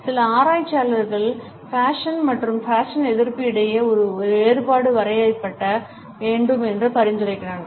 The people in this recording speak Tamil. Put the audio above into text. சில ஆராய்ச்சியாளர்கள் ஃபேஷன் மற்றும் பேஷன் எதிர்ப்பு இடையே ஒரு வேறுபாடு வரையப்பட வேண்டும் என்று பரிந்துரைக்கின்றனர்